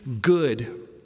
good